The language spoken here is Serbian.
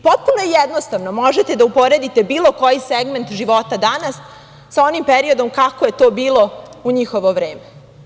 Potpuno jednostavno i možete da uporedite bilo koji segmente života danas, sa onim periodom kako je to bilo u njihovo vreme.